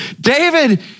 David